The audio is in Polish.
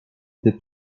gdy